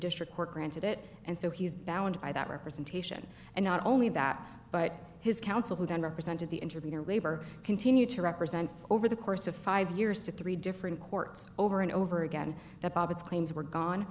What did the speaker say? district court granted it and so he is bound by that representation and not only that but his counsel who then represented the interviewer labor continued to represent over the course of five years to three different courts over and over again that its claims were gone